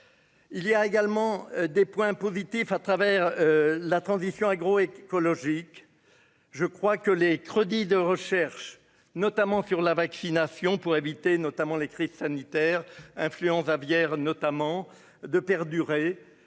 Il y a également des points positifs à travers la transition agroécologique je crois que les crédits de recherche, notamment sur la vaccination pour éviter notamment les crises sanitaires influenza aviaire notamment de perdurer,